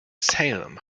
salem